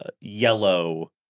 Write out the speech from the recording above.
yellow